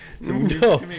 no